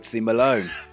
Malone